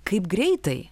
kaip greitai